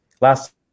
last